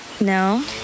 no